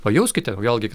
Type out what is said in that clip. pajauskite vėlgi